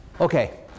Okay